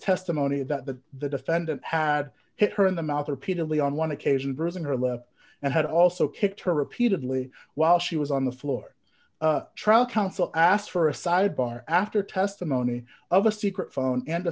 testimony about that the defendant had hit her in the mouth repeatedly on one occasion bruising her left and had also kicked her repeatedly while she was on the floor trial counsel asked for a side bar after testimony of a secret phone and a